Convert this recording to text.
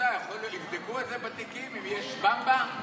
יבדקו בתיקים אם יש במבה?